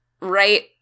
right